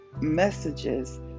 messages